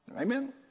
Amen